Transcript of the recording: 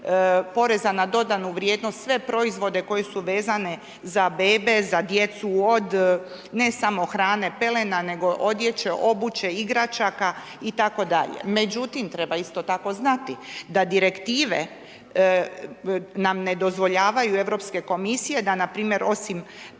poreza na dodanu vrijednost sve proizvode koji su vezani za bebe, za djecu, od ne samo hrane, pelena nego odjeće, obuće, igračaka itd. Međutim, treba isto tako znati da direktive nam ne dozvoljavaju Europske komisije da npr. osim